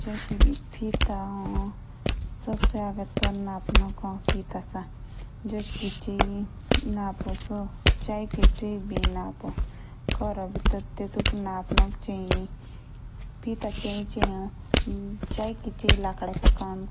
जेश एबी फिटा ए टी सब्से एज से एनस्पनोक ए। सा फ़िता जश किची एनस्पो चाए। जो मुझे इला करो टी टेटुक नपनोक फिटा। चाई ही चाय। बा कुड़ी लकड़ी का काम